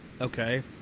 Okay